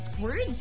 words